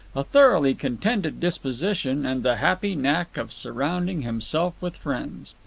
a thoroughly contented disposition, and the happy knack of surrounding himself with friends.